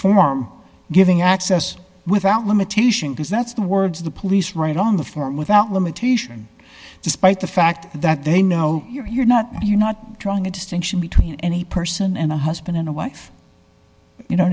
form giving access without limitation because that's the words of the police right on the form without limitation despite the fact that they know you're you're not you're not drawing a distinction between any person and a husband and a wife you know